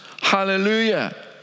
Hallelujah